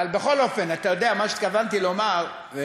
בכל אופן מה שהתכוונתי לומר הוא